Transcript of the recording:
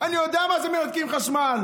אני יודע מה זה שמנתקים חשמל.